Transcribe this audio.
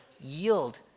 yield